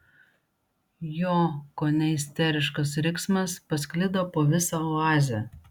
jo kone isteriškas riksmas pasklido po visą oazę